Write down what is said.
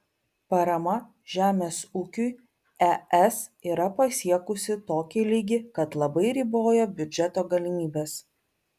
parama žemės ūkiui es yra pasiekusį tokį lygį kad labai riboja biudžeto galimybes